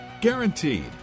Guaranteed